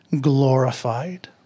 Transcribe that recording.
glorified